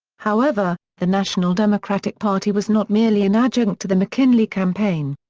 however, the national democratic party was not merely an adjunct to the mckinley campaign.